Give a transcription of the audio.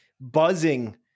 buzzing